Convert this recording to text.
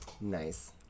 Nice